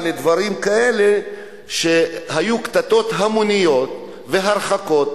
לדברים כאלה שהיו קטטות המוניות והרחקות,